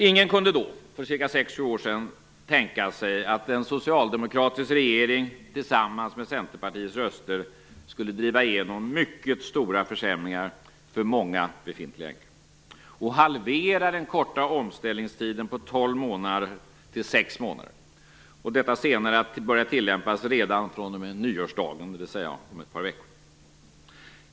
Ingen kunde då, för ca 6-7 år sedan, tänka sig att en socialdemokratisk regering tillsammans med Centerpartiets röster skulle driva igenom mycket stora försämringar för många befintliga änkor och halvera den korta omställningstiden på tolv månader till sex månader, detta senare att börja tillämpas redan fr.o.m. nyårsdagen, dvs. om ett par veckor.